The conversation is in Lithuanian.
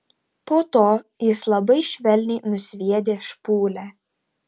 po to jis labai švelniai nusviedė špūlę